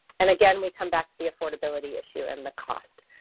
and again, we come back to the affordability issue and the cost.